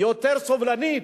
יותר סובלנית,